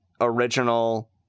original